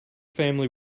family